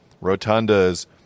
Rotunda's